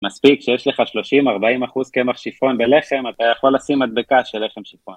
מספיק, כשיש לך 30-40 אחוז קמח שיפון בלחם, אתה יכול לשים מדבקה של לחם שיפון.